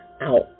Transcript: out